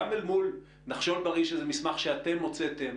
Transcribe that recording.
גם אל מול "נחשול בריא" שזה מסמך שאתם הוצאתם,